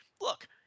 look